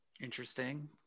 Interesting